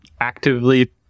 actively